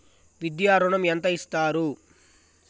విద్యా ఋణం ఎంత ఇస్తారు?